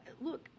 look